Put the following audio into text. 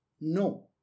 No